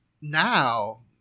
now